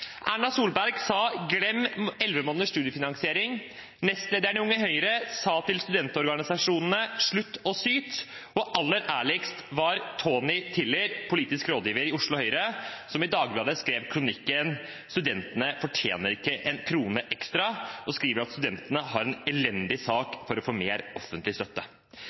Erna Solberg sa at man kunne glemme elleve måneders studiefinansiering. Nestlederen i Unge Høyre sa til studentorganisasjonene at de skulle slutte å syte, og aller ærligst var Tony Tiller, politisk rådgiver i Oslo Høyre, som i Dagbladet skrev kronikken «Studentene fortjener ikke én krone mer», der han sa at «studentene har en elendig sak for å få mer offentlig støtte».